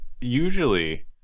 usually